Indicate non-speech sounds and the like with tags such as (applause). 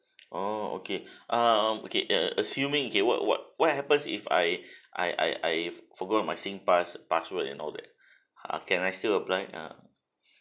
(noise) oh okay err okay a~ assuming okay what what what happens if I (breath) I I I forgot my singpass password and all that ah can I still apply ah